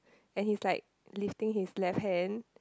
then he is like lifting his left hand